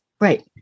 Right